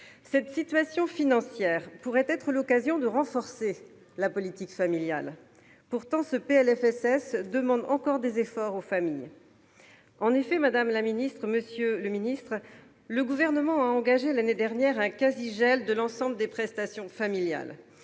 Cette situation financière pourrait être l'occasion de renforcer la politique familiale. Pourtant, le PLFSS demande encore des efforts aux familles. En effet, le Gouvernement a engagé l'année dernière un quasi-gel de l'ensemble des prestations familiales